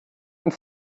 and